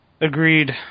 Agreed